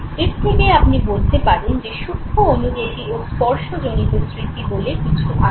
এর থেকেই আপনি বলতে পারেন যে সূক্ষ্ম অনুভূতি ও স্পর্শজনিত স্মৃতি বলে কিছু আছে